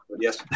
Yes